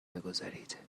بگذارید